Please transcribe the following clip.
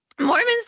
Mormons